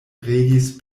regis